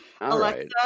Alexa